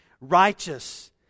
Righteous